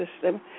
system